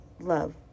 love